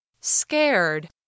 Scared